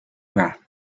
wrath